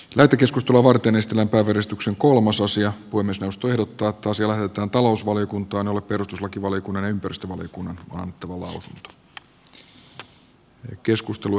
lähetekeskustelua varten estellen kouristuksen kolmososion kuin puhemiesneuvosto ehdottaa että asia lähetetään talousvaliokuntaan jolle perustuslakivaliokunnan ja ympäristövaliokunnan on annettava lausunto